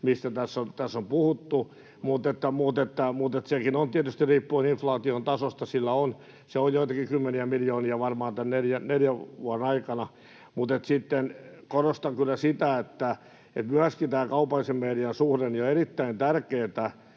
mistä tässä on puhuttu, mutta sekin tietysti riippuu inflaation tasosta. Se on varmaan joitakin kymmeniä miljoonia tämän neljän vuoden aikana. Mutta sitten korostan kyllä sitä, että myöskin tässä kaupallisen median suhteessa on erittäin tärkeätä,